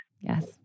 Yes